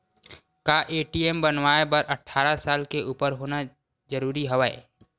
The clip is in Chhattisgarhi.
का ए.टी.एम बनवाय बर अट्ठारह साल के उपर होना जरूरी हवय?